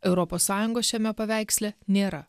europos sąjungos šiame paveiksle nėra